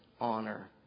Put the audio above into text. honor